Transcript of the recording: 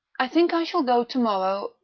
i think i shall go to-morrow,